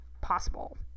possible